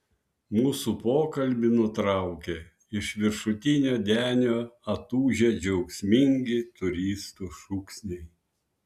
mūsų pokalbį nutraukė iš viršutinio denio atūžę džiaugsmingi turistų šūksniai